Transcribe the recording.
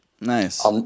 Nice